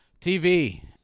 TV